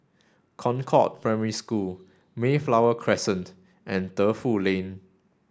Concord Primary School Mayflower Crescent and Defu Lane